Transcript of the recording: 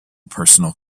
personal